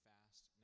Fast